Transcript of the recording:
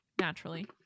Naturally